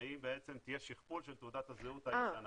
והיא תהיה שכפול של תעודת הזהות הישנה.